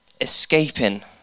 escaping